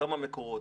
מקורות,